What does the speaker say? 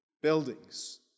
Buildings